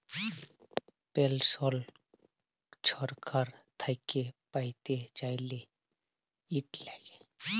পেলসল ছরকার থ্যাইকে প্যাইতে চাইলে, ইট ল্যাগে